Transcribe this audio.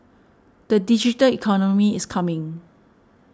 the digital economy is coming